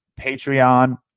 Patreon